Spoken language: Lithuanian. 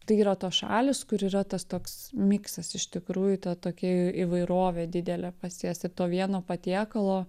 tai yra tos šalys kur yra tas toks miksas iš tikrųjų ta tokia įvairovė didelė pas jas ir to vieno patiekalo